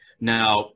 now